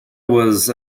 was